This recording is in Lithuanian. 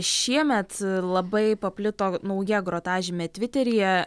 šiemet labai paplito nauja grotažymė tviteryje